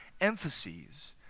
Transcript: emphases